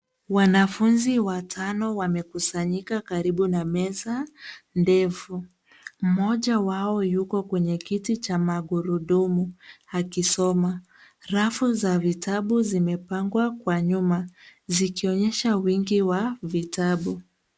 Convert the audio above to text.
Wanafunzi watano wamekusanyika karibu na meza ndefu. Mmoja wao yuko kwenye kiti cha magurudumu akisoma. Rafu za vitabu zimepangwa kwa nyuma zikionyesha wingi wa vitabu.